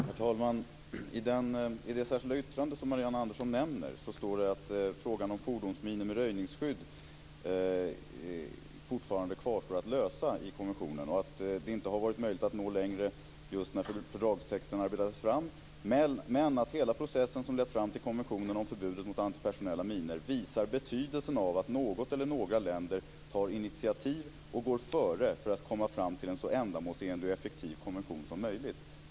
Herr talman! I det särskilda yttrande som Marianne Andersson nämner står det att frågan om fordonsminor med röjningsskydd fortfarande kvarstår att lösa i konventionen och att det inte var möjligt att nå längre just när fördragstexten arbetades fram. Men sedan står det: "Hela processen som lett fram till konventionen om förbudet mot antipersonella minor visar dock betydelsen av att något eller några länder tar initiativ och går före för att komma fram till en så ändamålsenlig och effektiv konvention som möjligt."